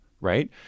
Right